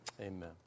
amen